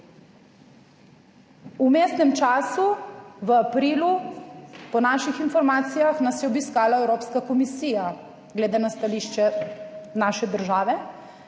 V vmesnem času v aprilu, po naših informacijah nas je obiskala Evropska komisija glede na stališče naše države.